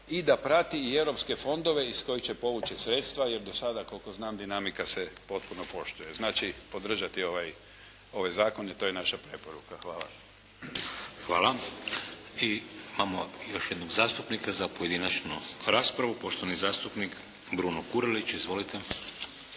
i da prati i europske fondove iz kojih će povući sredstva, jer do sada koliko znam dinamika se potpuno poštuje. Znači podržati ovaj Zakon i to je naša preporuka. Hvala. **Šeks, Vladimir (HDZ)** Hvala. Imamo još jednog zastupnika za pojedinačnu raspravu. Poštovani zastupnik Bruno Kurelić. Izvolite.